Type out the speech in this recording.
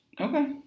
Okay